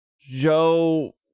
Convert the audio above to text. Joe